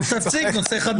תציג נושא חדש.